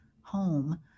home